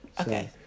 Okay